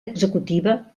executiva